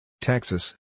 Texas